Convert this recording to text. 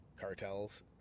cartels